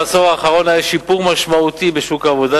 בעשור האחרון היה שיפור משמעותי בשוק העבודה,